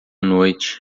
noite